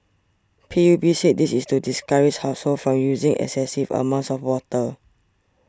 P U B said this is to discourage households from using excessive amounts of water